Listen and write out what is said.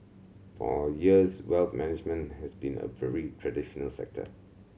for years wealth management has been a very traditional sector